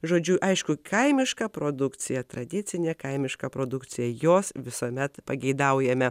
žodžiu aišku kaimiška produkcija tradicinė kaimiška produkcija jos visuomet pageidaujame